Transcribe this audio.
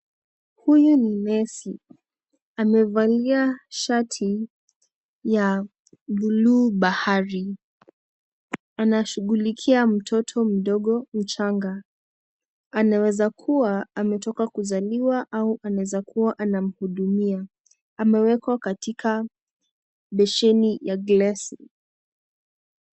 Huyu ni nesi amevalia shati ya blue bahari. Anashughulikia mtoto mdogo mchanga, anaweza kuwa ametoka kuzaliwa au anaweza kua anamhudumia amewekwa katika besheni ya glasi.